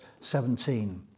17